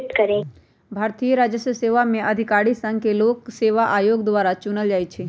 भारतीय राजस्व सेवा में अधिकारि के संघ लोक सेवा आयोग द्वारा चुनल जाइ छइ